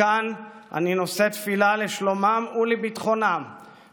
מכאן אני נושא תפילה לשלומם ולביטחונם